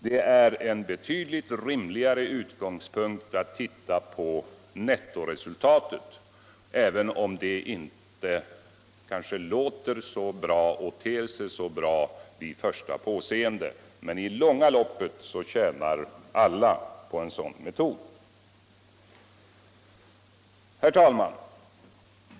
Det är betydligt rimligare att titta på nettoresultatet, även om det inte ter sig så bra vid första påseendet. Men i det långa loppet tjänar alla på en sådan metod. Herr talman!